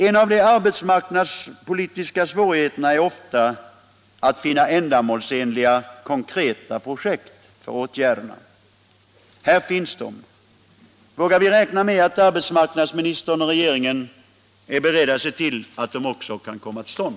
En av de arbetsmarknadspolitiska svårigheterna är ofta att finna ändamålsenliga konkreta projekt för åtgärderna. Här finns de. Vågar vi räkna med att arbetsmarknadsministern och regeringen är beredda se till att de också kan komma till stånd?